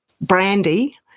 brandy